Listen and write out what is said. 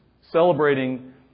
celebrating